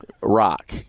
Rock